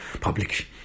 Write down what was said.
public